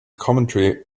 commentary